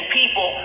people